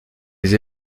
les